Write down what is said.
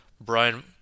Brian